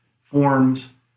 forms